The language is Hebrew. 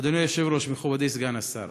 אדוני היושב-ראש, מכובדי סגן השר,